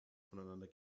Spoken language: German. voneinander